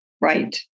Right